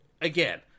again